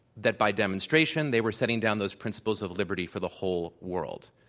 that by demonstration, they were setting down those principles of liberty for the whole world.